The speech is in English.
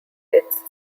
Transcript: its